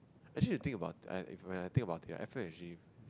actually you think about eh if when I think about it F_M actually